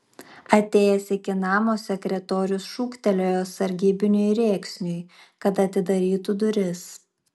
atėjęs iki namo sekretorius šūktelėjo sargybiniui rėksniui kad atidarytų duris